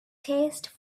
taste